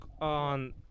on